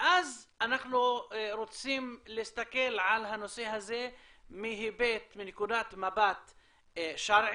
ואז אנחנו רוצים להסתכל על הנושא הזה מנקודת מבט שרעית,